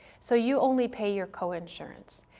so you only pay your coinsurance.